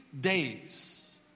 days